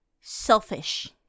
selfish